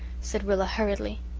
said rilla hurriedly.